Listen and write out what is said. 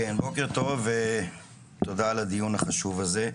בוקר טוב ותודה על הדיון החשוב הזה.